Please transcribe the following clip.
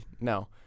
No